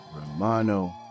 romano